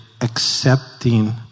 accepting